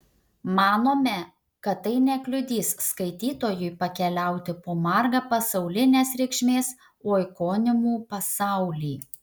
manome kad tai nekliudys skaitytojui pakeliauti po margą pasaulinės reikšmės oikonimų pasaulį